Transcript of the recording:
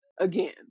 Again